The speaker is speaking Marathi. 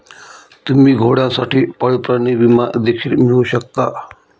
तुम्ही घोड्यांसाठी पाळीव प्राणी विमा देखील मिळवू शकता